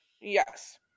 Yes